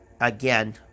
again